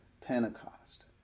Pentecost